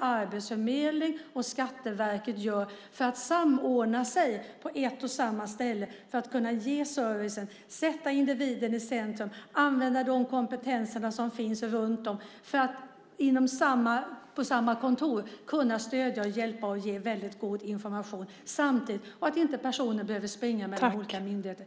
Arbetsförmedlingens och Skatteverkets verksamhet att samordna sig på ett och samma ställe för att kunna ge service, sätta individen i centrum och använda de kompetenser som finns för att på samma kontor kunna stödja, hjälpa och ge god information. Personer ska inte behöva springa mellan olika myndigheter.